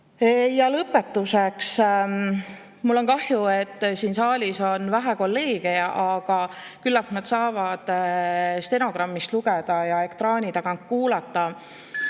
Ja lõpetuseks, mul on kahju, et siin saalis on vähe kolleege, aga küllap nad saavad stenogrammist lugeda või ekraani taga kuulata.